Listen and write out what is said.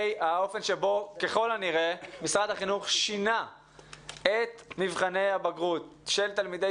החינוך שינה ככל הנראה את מבחני הבגרות של תלמידי